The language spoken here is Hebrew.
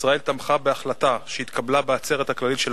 ישראל תמכה בהחלטה שהתקבלה בעצרת הכללית של